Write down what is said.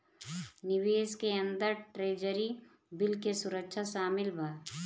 निवेश के अंदर ट्रेजरी बिल के सुरक्षा शामिल बा